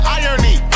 irony